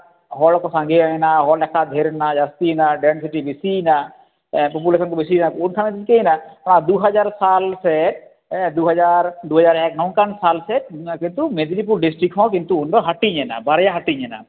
ᱦᱚᱲ ᱠᱚ ᱥᱟᱸᱜᱮᱭᱮᱱᱟ ᱦᱚᱲ ᱞᱮᱠᱷᱟ ᱰᱷᱮᱹᱨᱮᱱᱟ ᱡᱟᱹᱥᱛᱤᱭᱮᱱᱟ ᱰᱮᱱᱥᱤᱴᱤ ᱵᱤᱥᱤᱭᱮᱱᱟ ᱯᱚᱯᱩᱞᱮᱥᱚᱱ ᱠᱚ ᱵᱤᱥᱤᱭᱮᱱᱟ ᱩᱱ ᱠᱷᱟᱱ ᱪᱤᱠᱟᱹᱭᱮᱱᱟ ᱚᱱᱟ ᱫᱩ ᱦᱟᱡᱟᱨ ᱥᱟᱞ ᱥᱮᱫ ᱫᱩ ᱦᱟᱡᱟᱨ ᱫᱩ ᱦᱟᱡᱟᱨ ᱮᱠ ᱱᱚᱜᱼᱚ ᱱᱚᱝᱠᱟᱱ ᱥᱟᱞ ᱥᱮᱫ ᱩᱱᱫᱚ ᱠᱤᱱᱛᱩ ᱢᱮᱫᱽᱱᱤᱯᱩᱨ ᱰᱤᱥᱴᱤᱠ ᱦᱚᱸ ᱠᱤᱱᱛᱩ ᱩᱱᱫᱚ ᱦᱟᱹᱴᱤᱧᱱᱟ ᱵᱟᱨᱭᱟ ᱨᱮ ᱦᱟᱹᱴᱤᱧᱮᱱᱟ